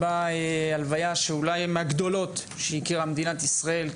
הלוויה אולי מהגדולות שהכירה מדינת ישראל,